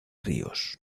ríos